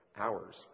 hours